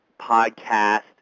podcast